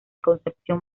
concepción